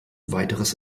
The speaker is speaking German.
weiteres